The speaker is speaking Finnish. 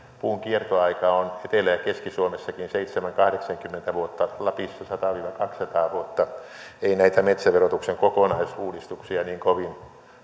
puun kiertoaika on etelä ja keski suomessakin seitsemänkymmentä viiva kahdeksankymmentä vuotta lapissa sata viiva kaksisataa vuotta ei näitä metsäverotuksen kokonaisuudistuksia niin kovin